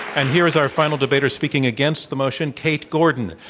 and here is our final debater speaking against the motion, kate gordon.